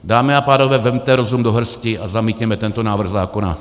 Dámy a pánové, vezměte rozum do hrsti a zamítněme tento návrh zákona.